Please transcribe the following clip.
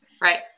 right